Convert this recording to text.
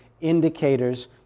indicators